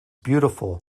beautiful